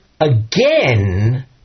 again